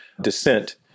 descent